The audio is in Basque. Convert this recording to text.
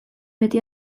beti